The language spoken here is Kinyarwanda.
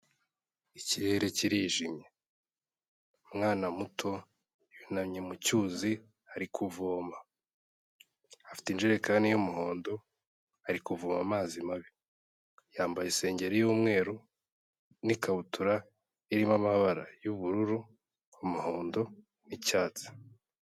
Ikirere kirijimye umwana muto y'unamye mu cyuzi ari kuvoma, afite injerekani y'umuhondo ari kuvoma amazi mabi, yambaye isengeri y'umweru n'ikabutura irimo amabara y'ubururu, umuhondo n'icyatsi.